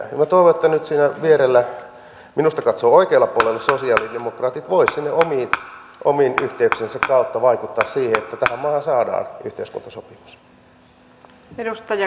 minä toivon että nyt siinä vierellä minusta katsoen oikealla puolella sosialidemokraatit voisivat omien yhteyksiensä kautta vaikuttaa että tähän maahan saadaan yhteiskuntasopimus